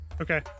Okay